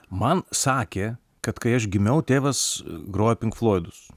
man sakė kad kai aš gimiau tėvas grojo pink floidus